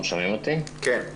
שלום.